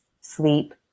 sleep